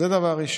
זה דבר ראשון.